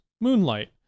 moonlight